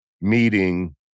meeting